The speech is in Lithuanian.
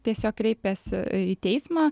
tiesiog kreipėsi į teismą